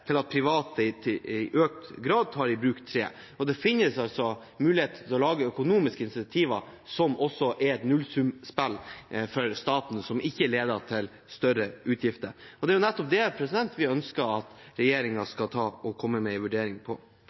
private til i økt grad å ta i bruk tre. Det finnes muligheter for å lage økonomiske incentiver som også er et nullsumspill for staten, og som ikke leder til større utgifter. Det er nettopp det vi ønsker at regjeringen skal komme med en vurdering